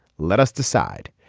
let us decide.